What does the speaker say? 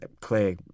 clear